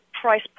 price